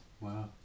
Wow